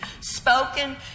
spoken